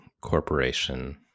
corporation